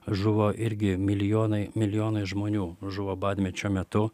žuvo irgi milijonai milijonai žmonių žuvo badmečio metu